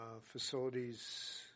facilities